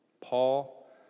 Paul